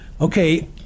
Okay